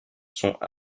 sont